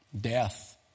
death